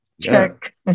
Check